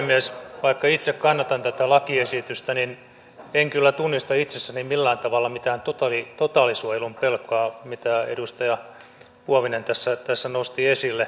vaikka itse kannatan tätä lakiesitystä niin en kyllä tunnista itsessäni millään tavalla mitään totaalisuojelun pelkoa mitä edustaja huovinen tässä nosti esille